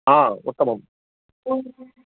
हा उत्तमम्